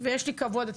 ויש לי כבוד אליה,